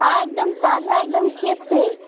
हाँ एकदम ताज़ा एकदम खेत से है